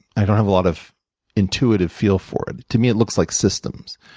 i don't have a lot of intuitive feel for it. to me, it looks like systems.